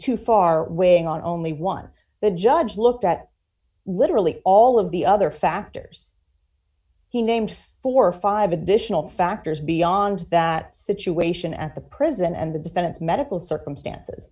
too far weighing on only one the judge looked at literally all of the other factors he named four or five additional factors beyond that situation at the prison and the defense medical circumstances